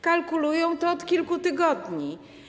Kalkulują to od kilku tygodni.